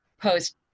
post